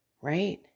right